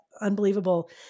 unbelievable